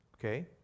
okay